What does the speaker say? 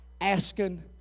asking